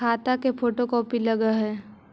खाता के photo copy लगहै?